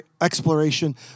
exploration